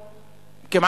מס'